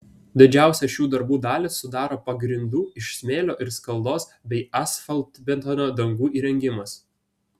didžiausią šių darbų dalį sudaro pagrindų iš smėlio ir skaldos bei asfaltbetonio dangų įrengimas